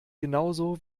genauso